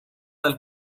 del